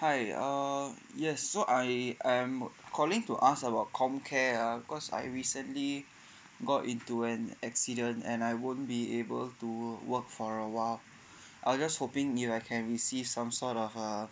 hi um yes so I I'm calling to ask about com care ah because I recently got into an accident and I won't be able to walk for a while I'll just hoping you I can receive some sort of uh